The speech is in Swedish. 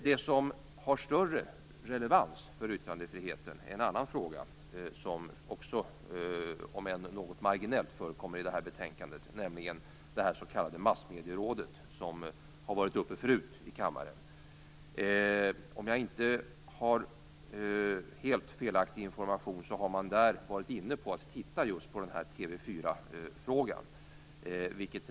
Det som har större relevans för yttrandefriheten är en annan fråga, som också förekommer i det här betänkandet om än något marginellt, nämligen detta med Massmedierådet som tidigare har diskuterats här i kammaren. Om jag inte har helt felaktig information har Massmedierådet varit inne på just TV 4-frågan.